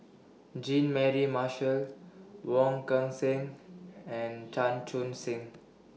Jean Mary Marshall Wong Kan Seng and Chan Chun Sing